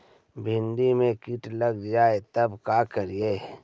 भिन्डी मे किट लग जाबे त का करि?